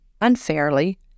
unfairly